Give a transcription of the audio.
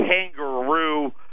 kangaroo